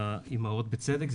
האימהות ובצדק,